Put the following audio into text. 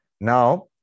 Now